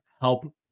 help